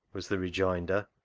was the rejoinder.